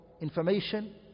information